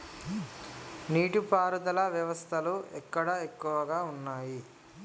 నీటి పారుదల వ్యవస్థలు ఎక్కడ ఎక్కువగా ఉన్నాయి?